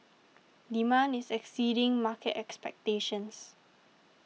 demand is exceeding market expectations